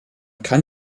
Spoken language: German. kann